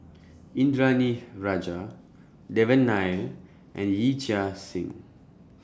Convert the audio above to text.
Indranee Rajah Devan Nair and Yee Chia Hsing